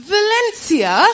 Valencia